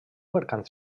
mercat